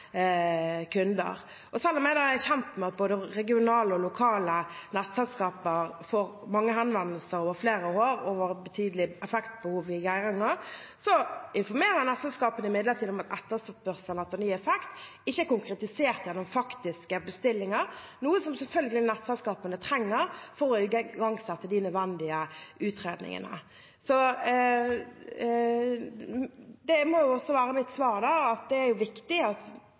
kunder. Selv om jeg er kjent med at både regionale og lokale nettselskaper har fått mange henvendelser, over flere år, om et betydelig effektbehov i Geiranger, informerer nettselskapene imidlertid om at etterspørselen etter ny effekt ikke er konkretisert gjennom faktiske bestillinger, noe som selvfølgelig nettselskapene trenger for å igangsette de nødvendige utredningene. Det må også være mitt svar, at det er viktig at